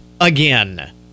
again